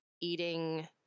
eating